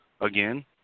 again